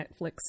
Netflix